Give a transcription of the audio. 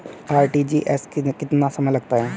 RTGS में कितना समय लगता है?